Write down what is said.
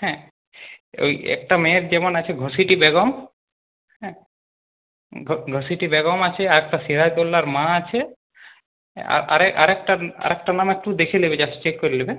হ্যাঁ ওই একটা মেয়ের যেমন আছে ঘসেটি বেগম হ্যাঁ ঘসেটি বেগম আছে আরেকটা সিরাজদ্দৌল্লার মা আছে আরেক আরেকটা আরেকটার নাম একটু দেখে নেবে জাস্ট চেক করে নেবে